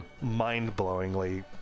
mind-blowingly